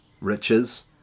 riches